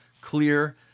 clear